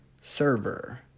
server